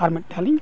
ᱟᱨ ᱢᱤᱫᱴᱟᱝ ᱞᱤᱧ